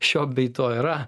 šio bei to yra